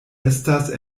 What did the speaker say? estas